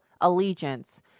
allegiance